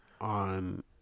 on